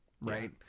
Right